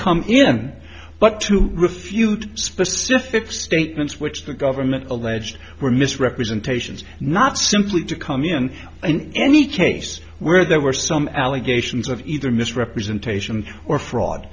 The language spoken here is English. come in but to refute specific statements which the government alleged were misrepresentations and not simply to come in in any case where there were some allegations of either misrepresentation or fraud